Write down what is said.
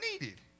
needed